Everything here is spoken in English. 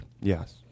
yes